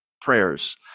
prayers